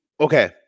Okay